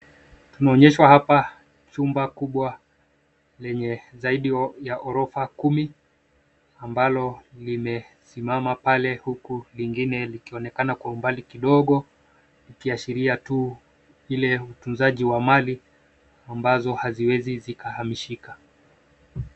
Tumeonyeshwa hapa chumba kubwa lenye zaidi ya ghorofa kumi ambalo limesimama pale huku lingine likonekana kwa umbali kidogo, likiashiria tu ile utunzaji wa mali ambazo haziwezi kuhamishika.